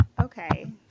Okay